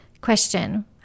Question